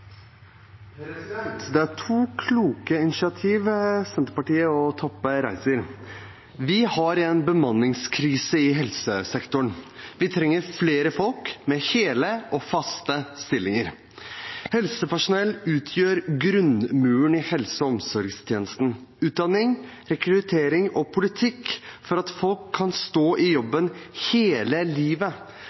helsesektoren. Vi trenger flere folk i hele og faste stillinger. Helsepersonell utgjør grunnmuren i helse- og omsorgstjenesten. Utdanning, rekruttering og en politikk for at folk kan stå i jobben hele livet,